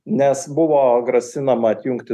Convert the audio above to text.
nes buvo grasinama atjungti